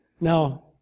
Now